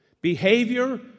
Behavior